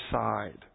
side